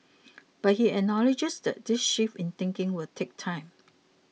but he acknowledges that this shift in thinking will take time